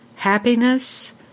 Happiness